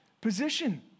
position